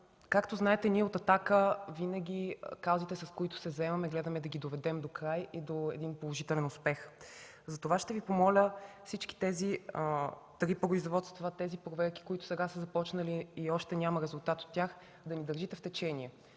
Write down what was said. както знаете, ние от „Атака“ винаги гледаме казусите, с които се заемаме, да ги доведем докрай, до положителен успех. Затова ще Ви помоля за всички тези производства и проверки, които сега са започнали, но още няма резултат от тях, да ни държите в течение.